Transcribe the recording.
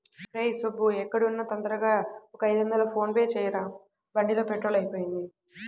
రేయ్ సుబ్బూ ఎక్కడున్నా తొందరగా ఒక ఐదొందలు ఫోన్ పే చెయ్యరా, బండిలో పెట్రోలు అయిపొయింది